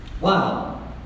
Wow